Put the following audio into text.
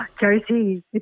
Josie